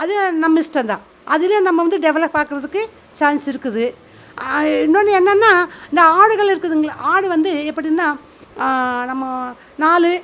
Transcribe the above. அது நம்ம இஷ்டந்தான் அதுலேயும் நம்ம வந்து டெவலப் ஆக்கிறதுக்கு சான்ஸ் இருக்குது இன்னொன்னு என்னென்னா இந்த ஆடுகள் இருக்குதுங்கள ஆடு வந்து எப்படின்னா நம்ம நாலு